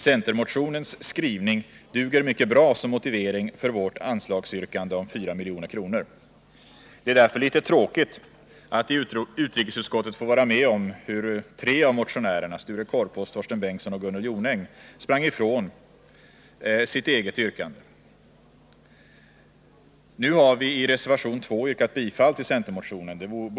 Centermotionens skrivning duger mycket bra som motivering för vårt yrkande om anslag på 4 milj.kr. Det är därför litet tråkigt att i utrikesutskottet få vara med om hur tre av motionärerna — Sture Korpås, Torsten Bengtson och Gunnel Jonäng — sprang ifrån sitt eget yrkande. Nu har vi i reservation 2 yrkat bifall till centermotionen.